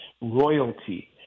royalty